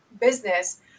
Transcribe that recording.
business